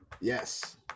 yes